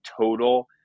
total